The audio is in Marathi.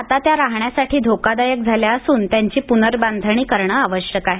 आता त्या राहण्यासाठी धोकादायक झाल्या असून त्यांची पुनर्बांधणी करणं आवश्यक आहे